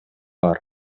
бар